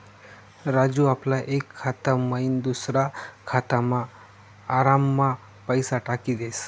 राजू आपला एक खाता मयीन दुसरा खातामा आराममा पैसा टाकी देस